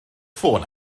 ffôn